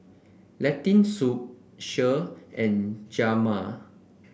Lentil Soup Kheer and Jajma